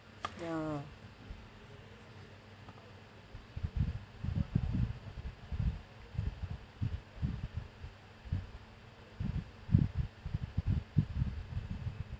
ya